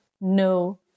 no